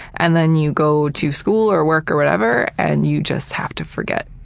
and then you go to school or work or wherever, and you just have to forget.